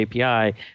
API